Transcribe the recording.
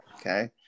Okay